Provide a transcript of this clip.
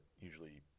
usually